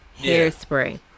Hairspray